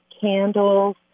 candles